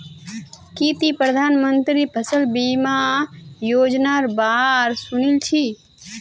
की ती प्रधानमंत्री फसल बीमा योजनार बा र सुनील छि